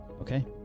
okay